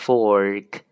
Fork